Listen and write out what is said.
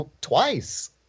twice